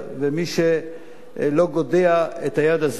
ומי שלא גודע את היד הזאת,